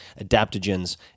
adaptogens